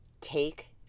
take